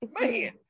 man